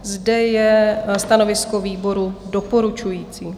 Zde je stanovisko výboru doporučující.